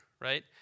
Right